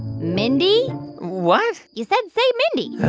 mindy what? you said say mindy